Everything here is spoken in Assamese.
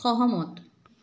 সহমত